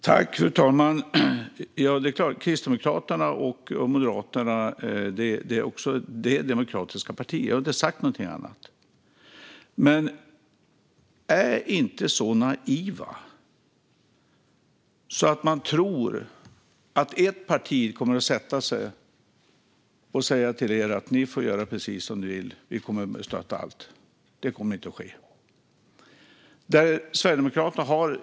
Fru talman! Kristdemokraterna och Moderaterna är demokratiska partier. Jag har inte sagt någonting annat. Men man ska inte vara så naiv att man tror att ett parti kommer att sätta sig och säga: Ni får göra precis som ni vill - vi kommer att stötta allt. Det kommer inte att ske, Ebba Busch.